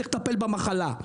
צריך לטפל במחלה.